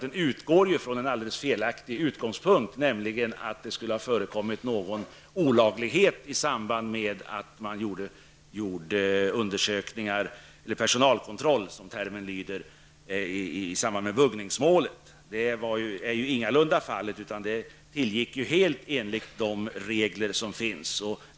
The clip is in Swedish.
Den har en felaktig utgångspunkt, nämligen att det skulle ha förekommit någon olaglighet i personalkontrollen i samband med det s.k. buggningsmålet. Det är ingalunda fallet. En kontroll av det slag som gjordes ingick helt i de regler som finns.